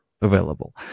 available